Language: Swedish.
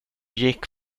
gick